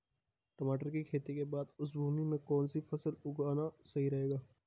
टमाटर की खेती के बाद उस भूमि पर कौन सी फसल उगाना सही रहेगा?